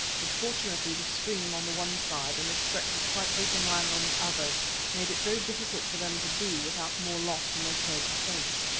which, fortunately, the stream on the one side and a stretch of quite open land on the other made it very difficult for them to do without more loss than they cared to face.